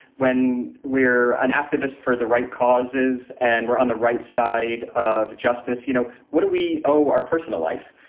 when we're an activist for the right causes and we're on the right side of justice, you know, what do we owe our personal life?